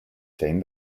chain